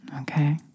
Okay